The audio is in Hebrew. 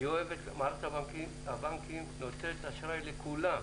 מערכת הבנקים נותנת אשראי לכולם.